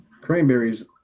Cranberries